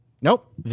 Nope